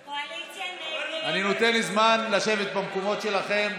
אני נותן זמן לשבת במקומות שלכם.